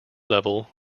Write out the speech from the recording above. level